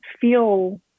feel